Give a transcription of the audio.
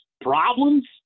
Problems